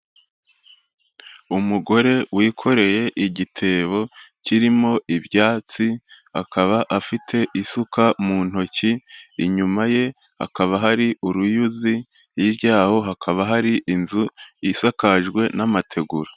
Umugore wikoreye igitebo kirimo ibyatsi, akaba afite isuka mu ntoki, inyuma ye hakaba hari uruyuzi, hirya yaho hakaba hari inzu isakajwe n'amategura.